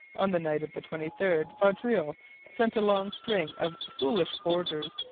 on the night of the twenty third vaudreuil sent a long string of foolish orders,